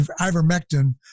ivermectin